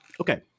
Okay